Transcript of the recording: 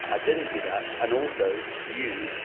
i didn't do that. and also you,